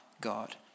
God